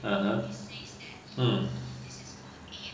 (uh huh) hmm